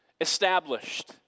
established